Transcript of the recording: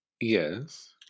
Yes